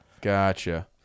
gotcha